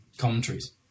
Commentaries